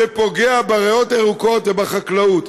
וזה פוגע בריאות הירוקות ובחקלאות.